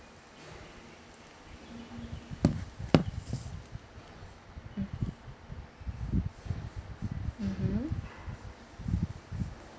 mm mmhmm